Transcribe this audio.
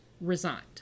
resigned